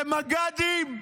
למג"דים,